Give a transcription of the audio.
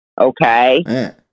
Okay